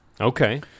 Okay